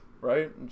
Right